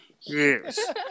Yes